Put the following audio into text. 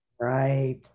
Right